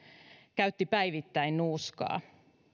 käytti päivittäin nuuskaa